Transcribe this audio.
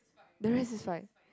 the rest is like